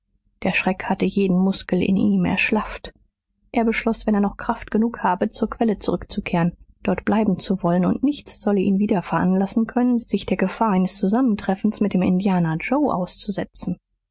der schreck hatte jeden muskel in ihm erschlafft er beschloß wenn er noch kraft genug habe zur quelle zurückzukehren dort bleiben zu wollen und nichts solle ihn wieder veranlassen können sich der gefahr eines zusammentreffens mit dem indianer joe auszusetzen